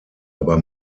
aber